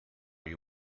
you